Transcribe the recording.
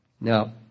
Now